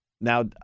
Now